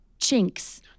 chinks